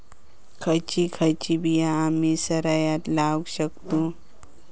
खयची खयची बिया आम्ही सरायत लावक शकतु?